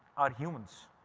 are humans.